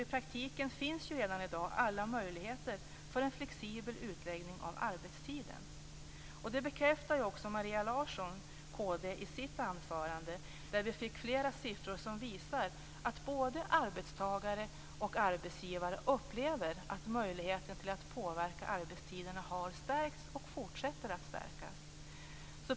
I praktiken finns ju redan i dag alla möjligheter för en flexibel utläggning av arbetstiden. Det bekräftar ju också Maria Larsson från kristdemokraterna i sitt anförande, där vi fick flera siffror som visar att både arbetstagare och arbetsgivare upplever att möjligheterna att påverka arbetstiderna har stärkts och fortsätter att stärkas.